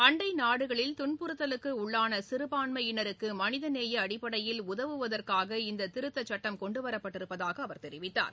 அண்டை நாடுகளில் துன்புறுத்தலுக்கு உள்ளான சிறுபான்மையினருக்கு மனித நேய அடிப்படையில் உதவுவதற்காக இந்த திருத்தச்சட்டம் கொண்டுவரப்பட்டிருப்பதாக அவர் தெரிவித்தார்